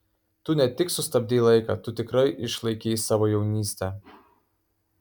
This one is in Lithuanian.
tu ne tik sustabdei laiką tu tikrai išlaikei savo jaunystę